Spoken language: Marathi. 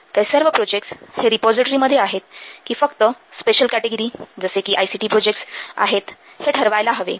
तर सर्व प्रोजेक्टस हे रिपोझिटरी मध्ये आहेत की फक्त स्पेशल कॅटेगरी जसे कि आयसीटी प्रोजेक्टस आहे हे ठरवायला हवे